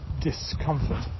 discomfort